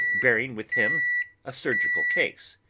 bearing with him a surgical case.